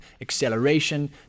acceleration